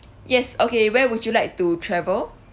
yes okay where would you like to travel